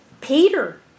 Peter